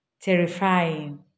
terrifying